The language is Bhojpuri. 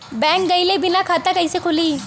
बैंक गइले बिना खाता कईसे खुली?